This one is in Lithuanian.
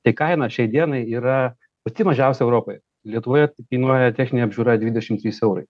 tai kaina šiai dienai yra pati mažiausia europoje lietuvoje tai kainuoja techninė apžiūra dvidešim trys eurai